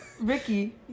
Ricky